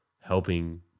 helping